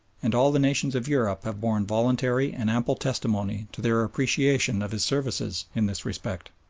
and all the nations of europe have borne voluntary and ample testimony to their appreciation of his services in this respect.